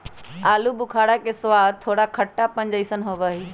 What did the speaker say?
आलू बुखारा के स्वाद थोड़ा खट्टापन जयसन होबा हई